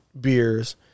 beers